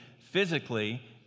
physically